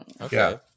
Okay